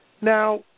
Now